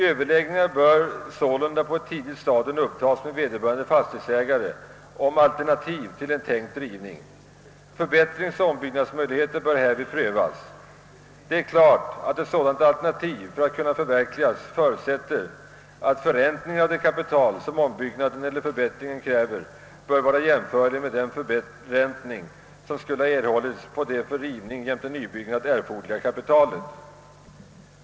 Överläggningar bör på tidigt stadium upptas med vederbörande fastighetsägare om alternativ till en tänkt rivning. Förbättringsoch ombyggnadsmöjligheter bör härvid prövas. Det är klart att ett sådant alternativ för att kunna förverkligas förutsätter att förräntningen av det kapital som ombyggnaden eller förbättringen kräver är jämförligt med den förräntning som skulle ha erhållits på det för rivning jämte nybyggnad erforderliga kapitalet.